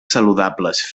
saludables